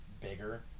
bigger